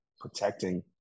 protecting